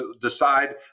decide